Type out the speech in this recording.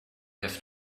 have